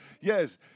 yes